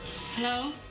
Hello